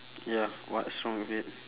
ya what's wrong with it